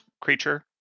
creature